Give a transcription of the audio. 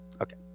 Okay